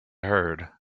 heard